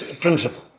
principle